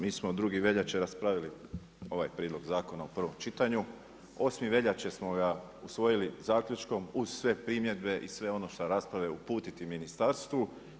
Mi smo 2. veljače raspravili ovaj prijedlog zakona u prvom čitanju, 8. veljače smo ga usvojili zaključkom uz sve primjedbe i sve ono šta rasprave, uputiti ministarstvu.